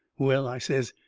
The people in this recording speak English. well, i says,